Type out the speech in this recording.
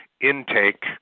intake